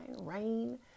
rain